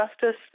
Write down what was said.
justice